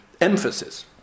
emphasis